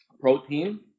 protein